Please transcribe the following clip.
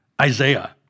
Isaiah